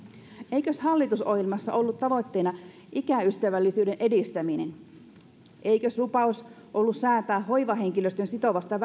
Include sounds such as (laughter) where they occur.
eikös hallitusohjelmassa ollut tavoitteena ikäystävällisyyden edistäminen eikös lupaus ollut säätää hoivahenkilöstön sitovasta (unintelligible)